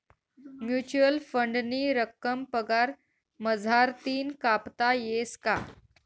Mutual फंडनी रक्कम पगार मझारतीन कापता येस का?